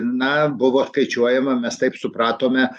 na buvo skaičiuojama mes taip supratome